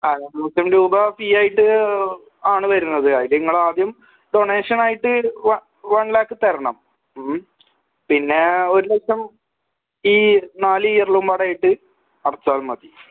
രണ്ട് ലക്ഷം രൂപ ഫീ ആയിട്ട് ആണ് വരുന്നത് അതില് നിങ്ങൾ ആദ്യം ഡൊണെഷനായിട്ട് വ വൺ ലാക്ക് തരണം ഉം പിന്നെ ഒരു ലക്ഷം ഈ നാല് ഇയറിലും കൂടെ ആയിട്ട് അടച്ചാൽ മതി